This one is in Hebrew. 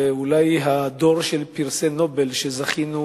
ואולי הדור של פרסי נובל שזכינו